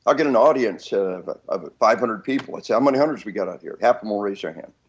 again an audience ah of but of five hundred people, it's how many hundreds we got up here, half of em will raise your hand.